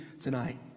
tonight